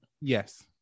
Yes